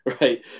Right